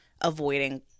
avoiding